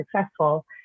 successful